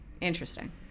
Interesting